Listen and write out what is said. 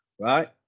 right